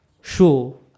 show